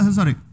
Sorry